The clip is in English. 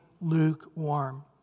lukewarm